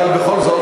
אבל בכל זאת,